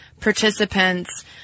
participants